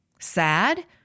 Sad